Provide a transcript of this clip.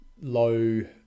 low